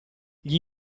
gli